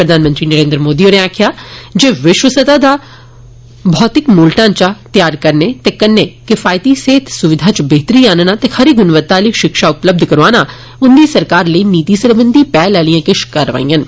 प्रधानमंत्री नरेन्द्र मोदी होरें आक्खेया ऐ जे विश्व स्तर दा भौतिक मूल ढांचा त्यार करने ते कन्नै किफायती स्वास्थ्य सम्हाल च बेहतरी आनना ते खरी गुणवत्ता आली शिक्षा उपलब्ध कराना उन्दी सरकारै लेई नीति सरबंधी पैहल आलियां किश कारवाइयां न